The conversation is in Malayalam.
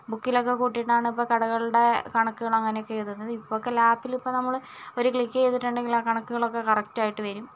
ബുക്കിലൊക്കെ കൂട്ടിയിട്ടാണ് ഇപ്പോൾ കടകളുടെ കണക്കുകൾ അങ്ങനെയൊക്കെ എഴുതുന്നത് ഇപ്പോൾ ഒക്കെ ലാപ്പിൽ ഇപ്പം നമ്മൾ ഒരു ക്ലിക്ക് ചെയ്തിട്ടുണ്ടെങ്കിൽ ആ കണക്കുകളൊക്കെ കറക്ട് ആയിട്ട് വരും